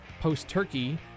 post-Turkey